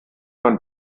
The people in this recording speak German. man